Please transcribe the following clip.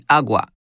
agua